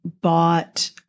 bought